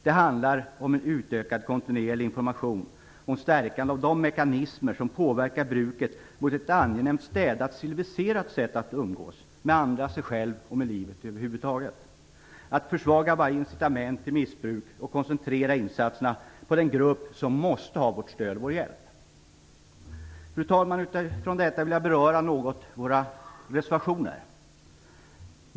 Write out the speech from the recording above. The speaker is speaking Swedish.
Det handlar om utökad kontinuerlig information, om stärkandet av de mekanismer som påverkar bruket så att man på ett angenämt, städat och civiliserat sätt umgås med andra, sig själv och med livet över huvud taget. Det handlar om att försvaga varje incitament till missbruk och koncentrera insatserna på den grupp som måste ha vårt stöd och vår hjälp. Fru talman! Utifrån detta vill jag beröra våra reservationer något.